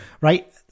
Right